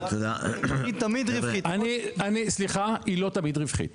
היא תמיד רווחית סליחה, היא לא תמיד רווחית.